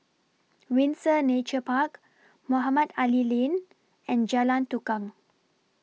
Windsor Nature Park Mohamed Ali Lane and Jalan Tukang